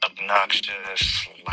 Obnoxious